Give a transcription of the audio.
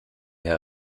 herr